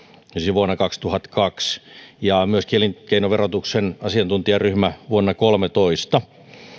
vuonna kaksituhattakaksi ja myöskin elinkeinoverotuksen asiantuntijaryhmä vuonna kolmetoista